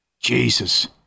Jesus